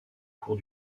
cours